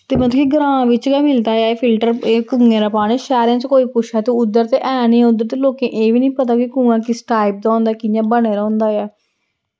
ते मतलब कि ग्रांऽ बिच्च गै मिलदा ऐ फिल्टर एह् कुएं दा पानी शैह्रें च कोई पुच्छै ते उधर ते है निं उधर दे लोकें एह् बी निं पता कि कुआं किस टाइप दा होंदा कि'यां बने दा होंदा ऐ